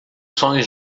sonhos